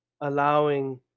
allowing